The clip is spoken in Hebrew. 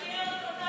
אדוני היושב-ראש,